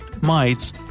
mites